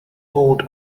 hold